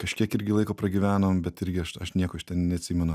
kažkiek irgi laiko pragyvenom bet irgi aš aš nieko iš ten neatsimenu